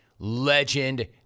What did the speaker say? legend